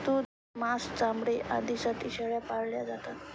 दूध, मांस, चामडे आदींसाठी शेळ्या पाळल्या जातात